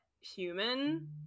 human